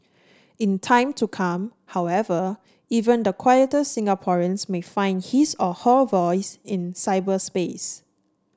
in time to come however even the quieter Singaporeans may find his or her voice in cyberspace